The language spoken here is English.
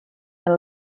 and